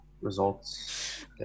results